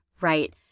right